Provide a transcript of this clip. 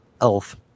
elf